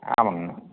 ஆமாங்கம்மா